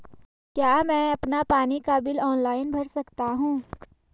क्या मैं अपना पानी का बिल ऑनलाइन भर सकता हूँ?